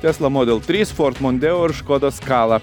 tesla model trys ford mondeo ir škoda skala